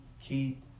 keep